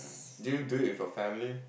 do you do it for family